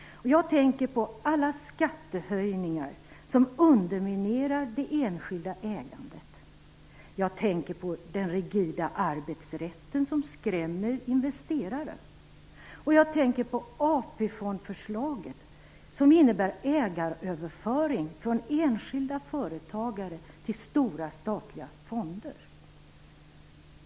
Jag tänker på alla skattehöjningar som underminerar det enskilda ägandet. Jag tänker på den rigida arbetsrätten, som skrämmer investerare. Jag tänker på AP-fondsförslaget, som innebär ägaröverföring från enskilda företagare till stora statliga fonder.